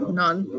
none